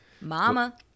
Mama